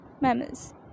mammals